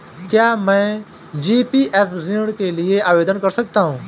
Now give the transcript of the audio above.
क्या मैं जी.पी.एफ ऋण के लिए आवेदन कर सकता हूँ?